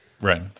Right